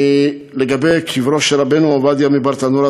מערת הקבורה של רבנו עובדיה מברטנורא,